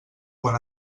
quan